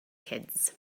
kids